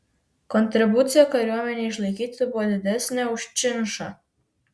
kontribucija kariuomenei išlaikyti buvo didesnė už činšą